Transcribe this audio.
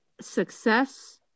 success